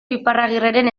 iparragirreren